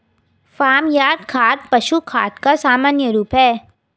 farm yard खाद पशु खाद का सामान्य रूप है